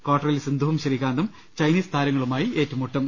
കാർട്ടറിൽ സിന്ധുവും ശ്രീകാന്തും ചൈനീസ് താരങ്ങളുമായി ഏറ്റുമുട്ടും